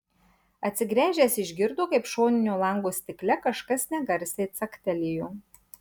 atsigręžęs išgirdo kaip šoninio lango stikle kažkas negarsiai caktelėjo